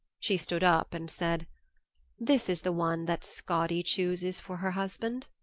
she stood up and said this is the one that skadi chooses for her husband.